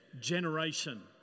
generation